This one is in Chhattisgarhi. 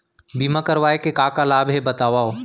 बीमा करवाय के का का लाभ हे बतावव?